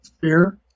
fear